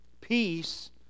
peace